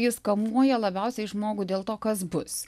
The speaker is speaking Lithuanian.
jis kamuoja labiausiai žmogų dėl to kas bus